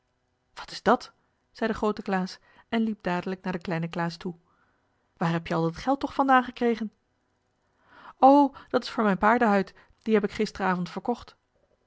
wat is dat zei de groote klaas en liep dadelijk naar den kleinen klaas toe waar heb je al dat geld toch vandaan gekregen o dat is voor mijn paardenhuid die heb ik gisteravond verkocht